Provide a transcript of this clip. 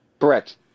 Correct